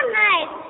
nice